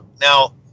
Now